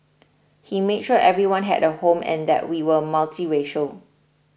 he made sure everyone had a home and that we were multiracial